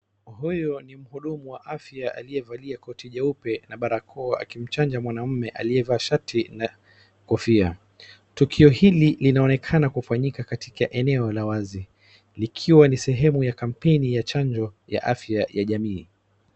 Hiyu ni mhudumu wa afya aliyevalia koti jeupe na barakoa akimchanja mwanaume aliyevaa shati na kofia. Tukio hili linaonekana kufanyika katika eneo la wazi likiwa ni sehemu ya kampeni ya chanjo ya afya ya jamii.